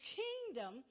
kingdom